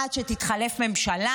עד שתתחלף ממשלה?